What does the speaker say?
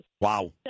Wow